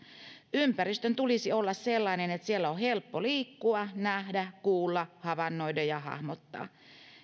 ympäristön tulisi olla sellainen että siellä on helppo liikkua nähdä kuulla havainnoida ja hahmottaa